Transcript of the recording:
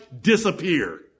disappear